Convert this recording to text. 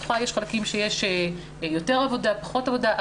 בתוכה יש חלקים שיש יותר עבודה, פחות עבודה.